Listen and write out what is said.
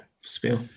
spiel